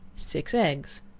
six eggs,